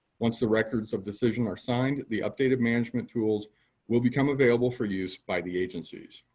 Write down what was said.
once the records of decision are signed, the updated management tools will become available for use by the agencies.